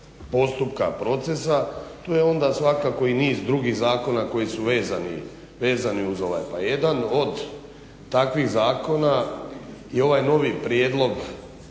postupka, procesa to je onda svakako i niz drugih zakona koji su vezani, vezani uz ovaj. Pa jedan od takvih zakona je i ovaj novi prijedlog